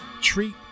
treat